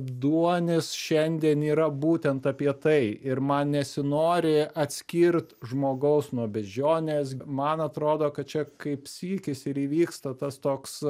duonis šiandien yra būtent apie tai ir man nesinori atskirt žmogaus nuo beždžionės man atrodo kad čia kaip sykis ir įvyksta tas toks